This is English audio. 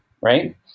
right